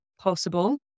possible